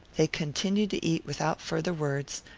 they continued to eat without farther words.